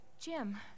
Jim